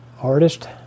artist